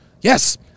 Yes